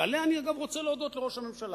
ועליה, אגב, אני רוצה להודות לראש הממשלה,